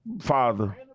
father